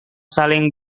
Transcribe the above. saling